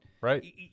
Right